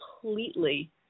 completely